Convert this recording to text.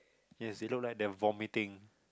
yes it look like they're vomitting